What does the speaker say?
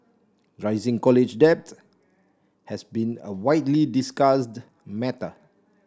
rising college debt has been a widely discussed matter